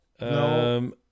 no